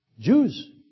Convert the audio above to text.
Jews